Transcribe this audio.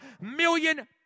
million